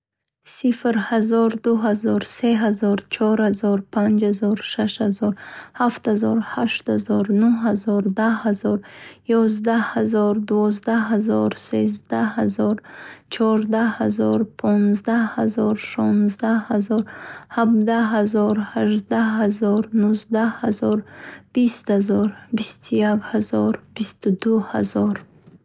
Сифр, ҳазор, ду ҳазор, се ҳазор, чаҳор ҳазор, панҷ ҳазор, шаш ҳазор, ҳафт ҳазор, ҳашт ҳазор, нӯҳ ҳазор, даҳ ҳазор, ёздаҳ ҳазор, дувоздаҳ ҳазор, сенздаҳ ҳазор, чаҳордаҳ ҳазор, понздаҳ ҳазор, шонздаҳ ҳазор, ҳабдаҳ ҳазор, ҳаждаҳ ҳазор, нуздаҳ ҳазор, бист ҳазор, бисту як ҳазор, бисту ду ҳазор,